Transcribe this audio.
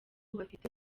bafite